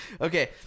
Okay